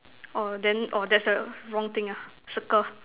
orh then orh that's a wrong ah circle